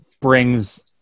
brings